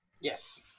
Yes